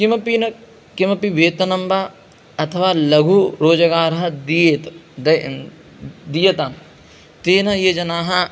किमपि न किमपि वेतनं वा अथवा लघुरोजगारः दीयेत् दीयतां तेन ये जनाः